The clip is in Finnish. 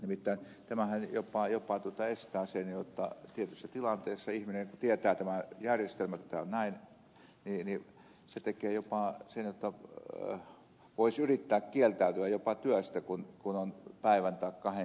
nimittäin tämähän jopa estää sen jotta tietyissä tilanteissa ihminen kun tietää tämän järjestelmän että tämä on näin tekee jopa sen että voisi yrittää kieltäytyä jopa työstä kun on päivän tai kahden keikka olemassa